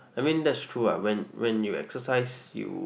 I mean that's true what when when you exercise you